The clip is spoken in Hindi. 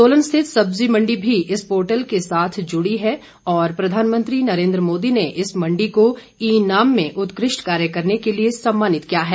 सोलन स्थित सब्जी मंडी भी इस पोर्टल के साथ जुड़ी है और प्रधानमंत्री नरेन्द्र मोदी ने इस मंडी को ई नाम में उत्कृष्ट कार्य करने के लिए सम्मानित किया है